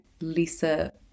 lisa